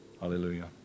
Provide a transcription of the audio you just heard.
Hallelujah